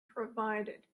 provided